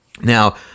Now